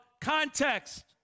context